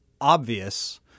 obvious